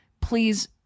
please